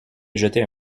jeter